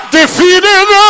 defeated